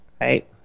right